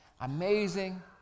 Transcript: amazing